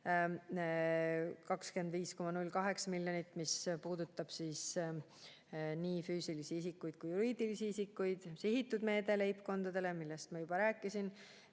25,08 miljonit, mis puudutab nii füüsilisi isikuid kui ka juriidilisi isikuid, sihitud meede leibkondadele, millest ma juba rääkisin,